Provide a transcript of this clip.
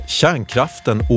kärnkraften